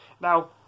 Now